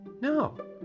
No